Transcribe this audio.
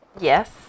Yes